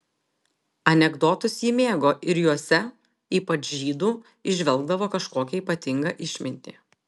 anekdotus ji mėgo ir juose ypač žydų įžvelgdavo kažkokią ypatingą išmintį